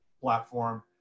platform